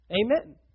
Amen